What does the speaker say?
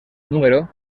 número